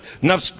enough